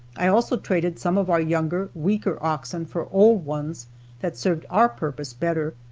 i also traded some of our younger, weaker oxen for old ones that served our purpose better,